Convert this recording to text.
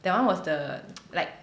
that one was the like